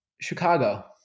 Chicago